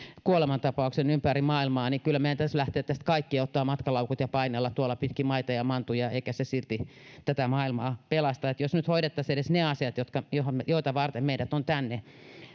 kuolemantapauksen ympäri maailmaa niin kyllä meidän täytyisi tässä kaikkien ottaa matkalaukut ja painella tuolla pitkin maita ja mantuja eikä se silti tätä maailmaa pelasta jos nyt hoidettaisiin edes ne asiat joita varten meidät on tänne